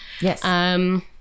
Yes